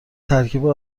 ترکیب